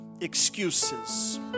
excuses